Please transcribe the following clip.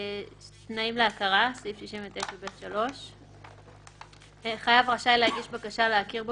"תנאים להכרה 69ב3. חייב רשאי להגיש בקשה להכיר בו